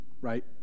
right